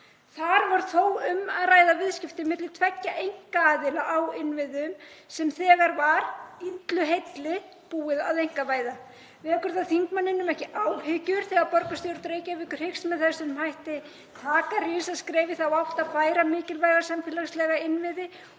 Þar var þó um að ræða viðskipti milli tveggja einkaaðila á innviðum sem þegar var illu heilli búið að einkavæða. Vekur það þingmanninum ekki áhyggjur þegar borgarstjórn Reykjavíkur hyggst með þessum hætti taka risaskref í þá átt að færa mikilvæga samfélagslega innviði